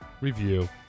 review